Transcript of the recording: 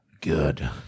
good